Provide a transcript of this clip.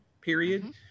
period